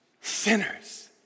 sinners